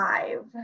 Five